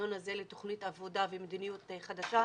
החזון הזה לתוכנית עבודה ומדיניות חדשה,